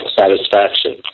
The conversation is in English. satisfaction